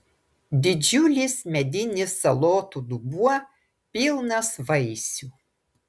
didžiulis medinis salotų dubuo pilnas vaisių